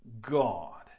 God